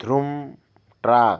drum truck